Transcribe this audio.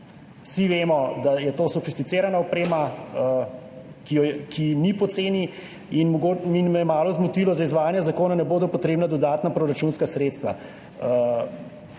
Vsi vemo, da je to sofisticirana oprema, ki ni poceni in mogoče me je malo zmotilo, ko piše, da za izvajanje zakona ne bodo potrebna dodatna proračunska sredstva.